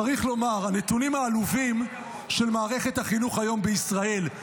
צריך לומר שהנתונים העלובים של מערכת החינוך היום בישראל,